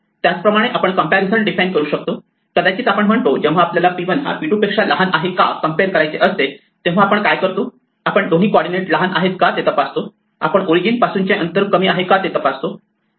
त्याच प्रमाणे आपण कम्पॅरिझन डिफाइन करू शकतो कदाचित आपण म्हणतो जेव्हा आपल्याला p1 हा p2 पेक्षा लहान आहे का हे कम्पेअर करायचे असते तेव्हा आपण काय करतो आपण दोन्ही कॉर्डीनेट लहान आहेत का ते तपासतो आपण ओरिजिन पासूनचे अंतर कमी आहे का ते तपासतो